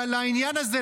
לעניין הזה,